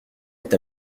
est